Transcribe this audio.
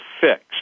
fix